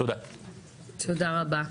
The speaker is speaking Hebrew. תודה רבה.